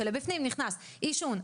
שבפנים נכנס עישון,